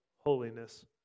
holiness